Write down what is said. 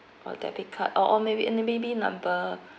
or debit card or or maybe and uh maybe number